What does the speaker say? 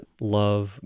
love